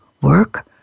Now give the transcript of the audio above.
work